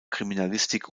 kriminalistik